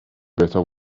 beta